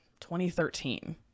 2013